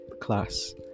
class